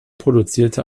produzierte